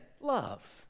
love